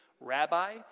rabbi